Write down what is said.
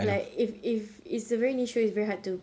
like if if it's a very niche show it's very hard to